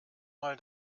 mal